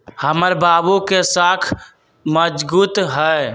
हमर बाबू के साख मजगुत हइ